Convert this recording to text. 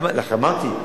כפי שגם אנחנו, אמרתי.